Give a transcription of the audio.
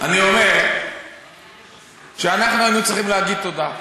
אני אומר שאנחנו היינו צריכים להגיד תודה,